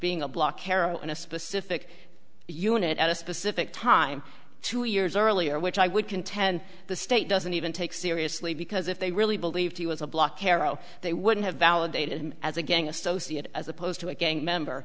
being a block carol in a specific unit at a specific time two years earlier which i would contend the state doesn't even take seriously because if they really believed he was a block arrow they wouldn't have validated as a gang associate as opposed to a gang member